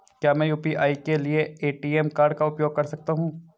क्या मैं यू.पी.आई के लिए ए.टी.एम कार्ड का उपयोग कर सकता हूँ?